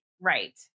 Right